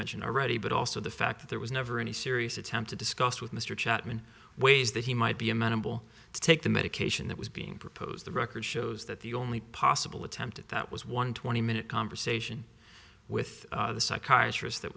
mentioned already but also the fact that there was never any serious attempt to discuss with mr chapman ways that he might be amenable to take the medication that was being proposed the record shows that the only possible attempt at that was one twenty minute conversation with the psychiatrist that